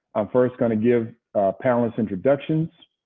i'm first going to give panelist introductions.